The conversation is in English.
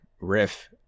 riff